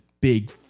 big